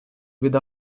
від